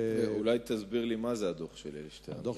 אולי תסביר לי מה זה הדוח של אלי שטרן.